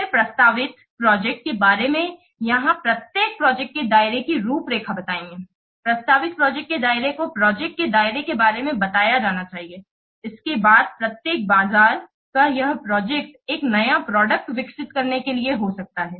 फिर प्रस्तावित प्रोजेक्ट के बारे में यहां प्रत्येक प्रोजेक्ट के दायरे की रूपरेखा बतायेगे प्रस्तावित प्रोजेक्ट के दायरे को प्रोजेक्ट के दायरे के बारे में बताया जाना चाहिएइसके बाद प्रत्येक बाजार का यह प्रोजेक्ट एक नया प्रोडक्ट विकसित करने के लिए हो सकता है